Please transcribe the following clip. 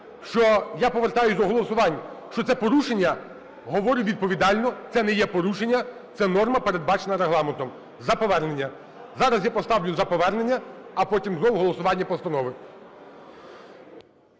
що я повертаюсь до голосувань, що це порушення, говорю відповідально: це не є порушення, це норма, передбачена Регламентом – за повернення. Зараз я поставлю за повернення, а потім знову голосування постанови.